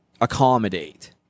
accommodate